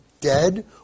dead